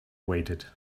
waited